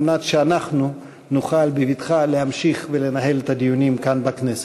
על מנת שאנחנו נוכל להמשיך ולנהל בבטחה את הדיונים כאן בכנסת.